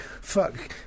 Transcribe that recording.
Fuck